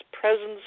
presence